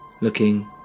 looking